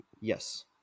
Yes